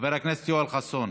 חבר הכנסת יואל חסון,